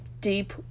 deep